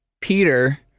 Peter